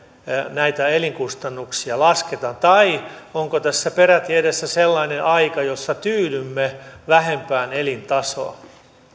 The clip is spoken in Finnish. näitä elinkustannuksia lasketaan tai onko tässä edessä peräti sellainen aika jossa tyydymme vähempään elintasoon